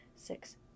six